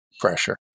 pressure